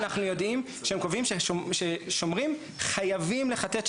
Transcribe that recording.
אנחנו יודעים שהם קובעים ששומרים חייבים לחטט,